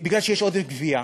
מפני שיש עודף גבייה,